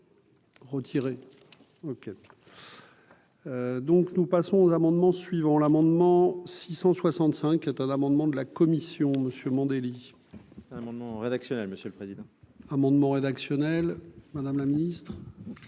Retiré OK. Donc nous passons aux amendements suivants : l'amendement 665 est un amendement de la commission monsieur Mandelli un amendement rédactionnel, monsieur le président, amendement rédaction. Lionel madame la Ministre.